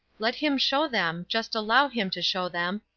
let him show them, just allow him to show them,